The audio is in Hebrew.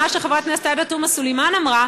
מה שחברת הכנסת עאידה תומא סלימאן אמרה,